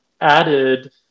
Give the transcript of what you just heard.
added